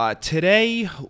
Today